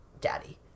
daddy